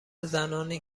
زنانی